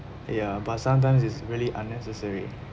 ya but sometimes it's really unnecessary